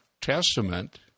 Testament